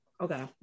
okay